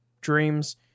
Dreams